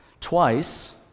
Twice